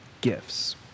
gifts